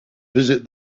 visit